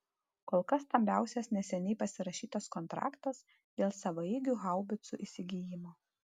kol kas stambiausias neseniai pasirašytas kontraktas dėl savaeigių haubicų įsigijimo